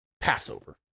Passover